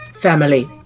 family